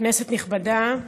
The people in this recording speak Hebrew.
כנסת נכבדה,